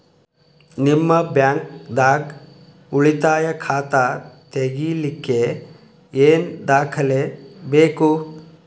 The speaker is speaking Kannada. ನಿಮ್ಮ ಬ್ಯಾಂಕ್ ದಾಗ್ ಉಳಿತಾಯ ಖಾತಾ ತೆಗಿಲಿಕ್ಕೆ ಏನ್ ದಾಖಲೆ ಬೇಕು?